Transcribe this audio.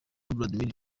vladmir